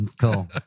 Cool